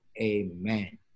amen